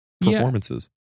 performances